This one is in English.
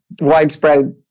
widespread